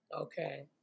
Okay